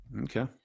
Okay